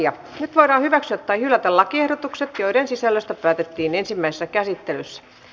nyt voidaan hyväksyä tai hylätä lakiehdotukset joiden sisällöstä päätettiin ensimmäisessä käsittelyssä